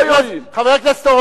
חבר הכנסת יריב לוין.